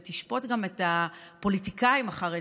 היא תשפוט גם את הפוליטיקאים החרדים,